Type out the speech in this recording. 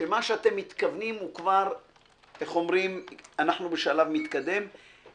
שמה שאתם מתכוונים אנחנו כבר בשלב מתקדם,